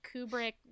Kubrick